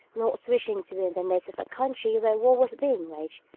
not wishing to be in the midst of a country where war was being waged,